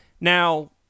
Now